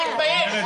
אומר את